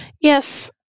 Yes